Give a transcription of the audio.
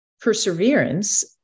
perseverance